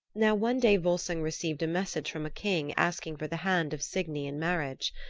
now, one day volsung received a message from a king asking for the hand of signy in marriage.